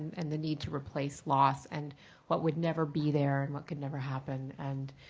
and the need to replace loss and what would never be there and what could never happen. and